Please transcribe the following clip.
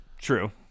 True